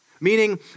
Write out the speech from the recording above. Meaning